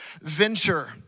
venture